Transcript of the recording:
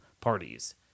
parties